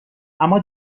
اما